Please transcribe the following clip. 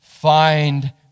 Find